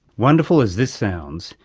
wonderful as this sounds,